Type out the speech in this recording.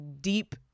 deep